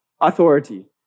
authority